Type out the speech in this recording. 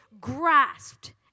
grasped